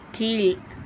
கீழ்